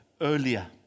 earlier